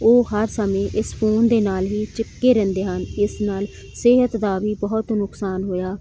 ਉਹ ਹਰ ਸਮੇਂ ਇਸ ਫੋਨ ਦੇ ਨਾਲ ਹੀ ਚਿਪਕੇ ਰਹਿੰਦੇ ਹਨ ਇਸ ਨਾਲ ਸਿਹਤ ਦਾ ਵੀ ਬਹੁਤ ਨੁਕਸਾਨ ਹੋਇਆ